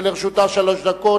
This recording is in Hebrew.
שלרשותה שלוש דקות,